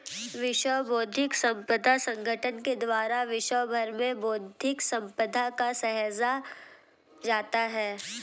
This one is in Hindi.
विश्व बौद्धिक संपदा संगठन के द्वारा विश्व भर में बौद्धिक सम्पदा को सहेजा जाता है